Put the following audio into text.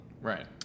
Right